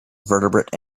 vertebrate